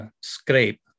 scrape